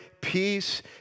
peace